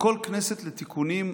בכל כנסת לתיקונים,